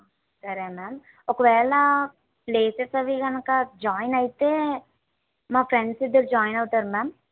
సరే మ్యామ్ ఒకవేళ ప్లేసెస్ అవీ కనుక జాయిన్ అయితే మా ఫ్రెండ్స్ ఇద్దరు జాయిన్ అవుతారు మ్యామ్